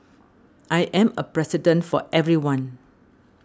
I am a President for everyone